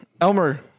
Elmer